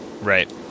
Right